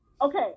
Okay